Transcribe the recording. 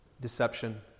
deception